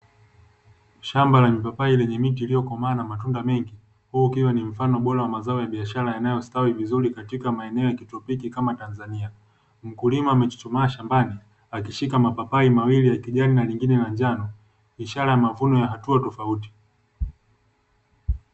Shamba la mipapaini lenye miti iliyokomaa na matunda mengi kwa hiyo ukiwa ni mfano bora wa mazao ya biashara yanayostawi vizuri katika maeneo ya kitopiki kama tanzania mkulima amejichoma shambani akishika mapapai mawili ya kijani na lingine la njano ishara ya mavuno ya hatua tofauti